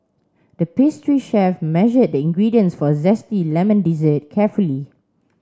the pastry chef measured the ingredients for a zesty lemon dessert carefully